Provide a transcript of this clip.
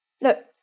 Look